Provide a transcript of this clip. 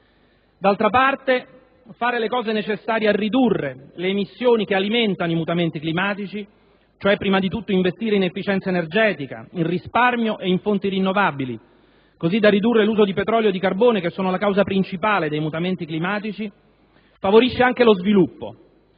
D'altra parte, fare le cose necessarie a ridurre le emissioni che alimentano i mutamenti climatici - cioè prima di tutto investire in efficienza energetica, in risparmio e in fonti rinnovabili, così da ridurre l'uso di petrolio e carbone che sono la causa principale dei mutamenti climatici - favorisce anche lo sviluppo: